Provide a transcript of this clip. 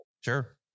Sure